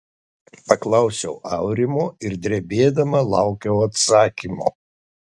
paklausiau aurimo ir drebėdama laukiau atsakymo